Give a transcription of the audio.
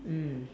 mm